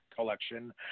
collection